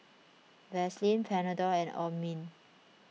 Vaselin Panadol and Obimin